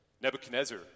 Nebuchadnezzar